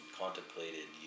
contemplated